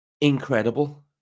incredible